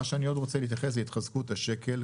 מה שאני עוד רוצה להתייחס, התחזקות השקל.